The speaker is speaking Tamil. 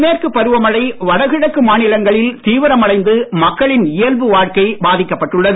தென்மேற்கு பருவமழை வடகிழக்கு மாநிலங்களில் தீவிரமடைந்து மக்களின் இயல்பு வாழ்க்கை பாதிக்கப்பட்டுள்ளது